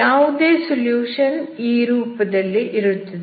ಯಾವುದೇ ಸೊಲ್ಯೂಷನ್ ಈ ರೂಪದಲ್ಲಿ ಇರುತ್ತದೆ